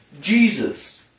Jesus